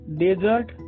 desert